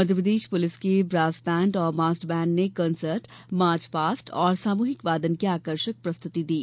Madhya Pradesh police के brass band और massed band ने कन्सर्ट मार्च पास्ट और सामूहिक वादन की आर्कषक प्रस्तृति दी